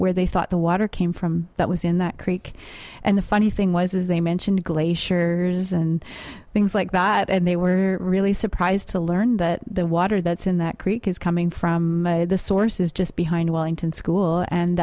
where they thought the water came from that was in that creek and the funny thing was is they mentioned glaciers and things like that and they were really surprised to learn that the water that's in that the his coming from the source is just behind wellington school and